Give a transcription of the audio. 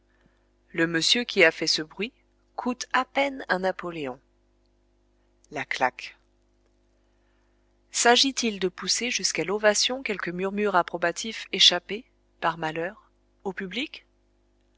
le monsieur qui a fait ce bruit coûte à peine un napoléon la claque s'agit-il de pousser jusqu'à l'ovation quelque murmure approbatif échappé par malheur au public